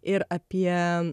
ir apie